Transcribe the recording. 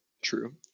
true